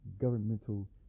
governmental